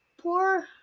Poor